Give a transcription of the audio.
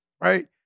right